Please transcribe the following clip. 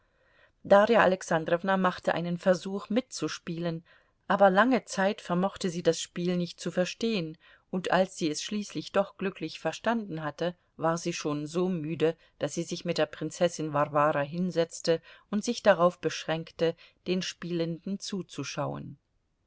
darja alexandrowna machte einen versuch mitzuspielen aber lange zeit vermochte sie das spiel nicht zu verstehen und als sie es schließlich doch glücklich verstanden hatte war sie schon so müde daß sie sich mit der prinzessin warwara hinsetzte und sich darauf beschränkte den spielenden zuzuschauen